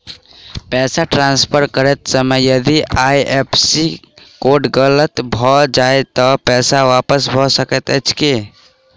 पैसा ट्रान्सफर करैत समय यदि आई.एफ.एस.सी कोड गलत भऽ जाय तऽ पैसा वापस भऽ सकैत अछि की?